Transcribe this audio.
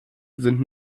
sind